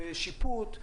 בשיפוט,